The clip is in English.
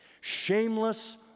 shameless